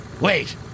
Wait